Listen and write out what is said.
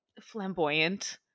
flamboyant